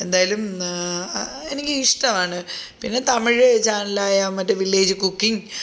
എന്തായാലും എനിക്ക് ഇഷ്ടമാണ് പിന്നെ തമിഴ് ചാനലായ മറ്റു വില്ലേജ് കുക്കിങ്